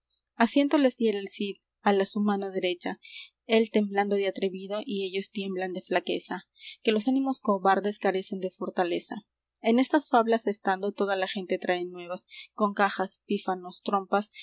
les diera el cid á la su mano derecha él temblando de atrevido y ellos tiemblan de flaqueza que los ánimos cobardes carecen de fortaleza en estas fablas estando toda la gente trae nuevas con cajas pífanos trompas